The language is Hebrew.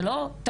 אלה לא טעויות.